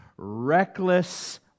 reckless